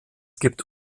gibt